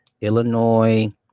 Illinois